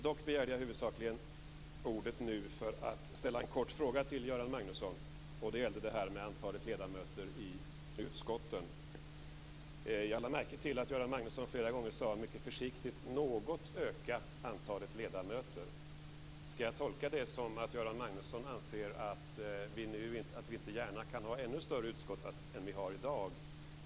Dock begärde jag nu huvudsakligen ordet för att ställa en kort fråga till Göran Magnusson, och det gäller antalet ledamöter i utskotten. Jag lade märke till att Göran Magnusson mycket försiktigt talade om att något öka antalet ledamöter. Skall jag tolka det så att Göran Magnusson anser att vi inte gärna kan ha ännu större utskott än vad vi har i dag?